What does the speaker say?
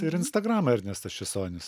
ir instagramą ernestas česonis